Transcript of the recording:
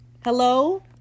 hello